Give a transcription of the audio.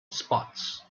spots